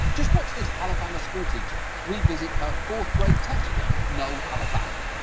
just watch this alabama schoolteacher, revisit her fourth grade textbook, know alabama.